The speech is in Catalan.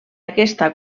aquesta